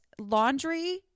laundry